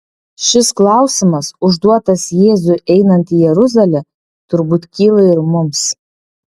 šis klausimas užduotas jėzui einant į jeruzalę turbūt kyla ir mums